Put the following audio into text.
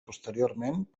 posteriorment